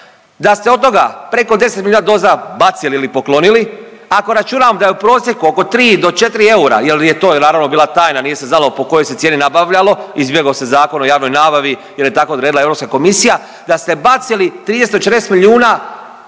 da ste od toga preko 10 milijuna doza bacili ili poklonili. Ako računam da je u prosjeku oko 3 do 4 eura, jer je to naravno bila tajna, nije se znalo po kojoj se cijeni nabavljalo, izbjegao se Zakon o javnoj nabavi jer je tako odredila Europska komisija da ste bacili 340 milijuna eura